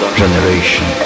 generation